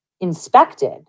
inspected